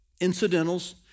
incidentals